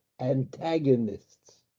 Antagonists